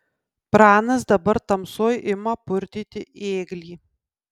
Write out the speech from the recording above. pranas dabar tamsoj ima purtyti ėglį